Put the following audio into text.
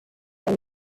soda